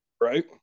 Right